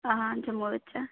हां जम्मू बिच्च